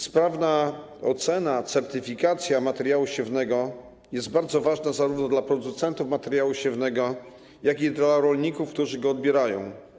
Sprawna ocena i certyfikacja materiału siewnego są bardzo ważne zarówno dla producentów materiału siewnego, jak i dla rolników, którzy go odbierają.